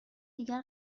دیگر